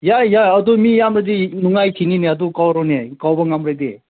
ꯌꯥꯏ ꯌꯥꯏ ꯑꯗꯣ ꯃꯤ ꯌꯥꯝꯕꯗꯤ ꯅꯨꯡꯉꯥꯏꯈꯤꯅꯤꯅꯦ ꯑꯗꯣ ꯀꯧꯔꯣꯅꯦ ꯀꯧꯕ ꯉꯝꯔꯗꯤ